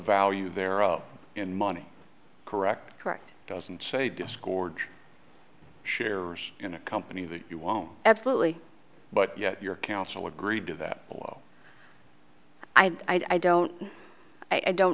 value there are in money correct correct doesn't say discord share in a company that you won't absolutely but yet your counsel agreed to that while i don't i don't